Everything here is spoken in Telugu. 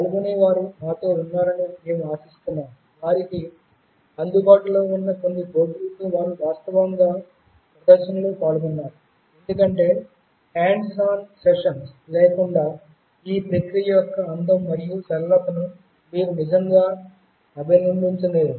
పాల్గొనేవారు మాతో ఉన్నారని మేము ఆశిస్తున్నాము వారికి అందుబాటులో ఉన్న కొన్ని బోర్డులతో వారు వాస్తవంగా ప్రదర్శనలో పాల్గొన్నారు ఎందుకంటే హాండ్స్ ఆన్ సెషన్స్ లేకుండా ఈ ప్రక్రియ యొక్క అందం మరియు సరళతను మీరు నిజంగా అభినందించలేరు